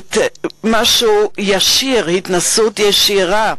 הכנסת הייתה השואה משהו ישיר, התנסות ישירה.